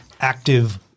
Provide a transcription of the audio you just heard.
active